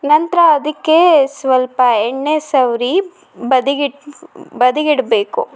ನಂತರ ಅದಕ್ಕೆ ಸ್ವಲ್ಪ ಎಣ್ಣೆ ಸವರಿ ಬದಿಗಿಡು ಬದಿಗಿಡಬೇಕು